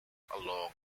along